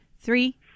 Three